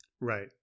Right